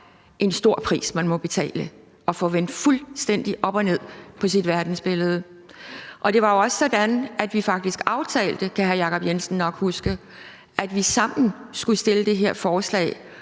en stor pris, man må betale, nemlig at få vendt fuldstændig op og ned på sit verdensbillede. Det var jo også sådan, at vi faktisk aftalte, kan hr. Jacob Jensen nok huske, at vi sammen skulle fremsætte det her forslag